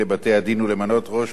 ולמנות ראש בתי-דין,